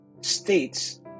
states